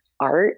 art